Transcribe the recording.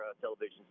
television